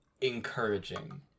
encouraging